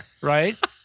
right